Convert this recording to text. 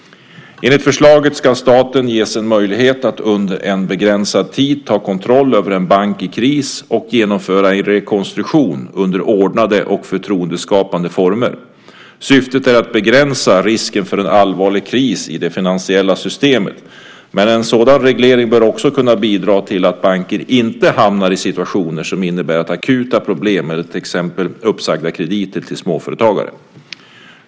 Enligt förslaget ska staten ges en möjlighet att under en begränsad tid ta kontroll över en bank i kris och genomföra en rekonstruktion under ordnade och förtroendeskapande former. Syftet är att begränsa risken för en allvarlig kris i det finansiella systemet, men en sådan reglering bör också kunna bidra till att banker inte hamnar i situationer som innebär akuta problem med till exempel uppsagda krediter till småföretagare.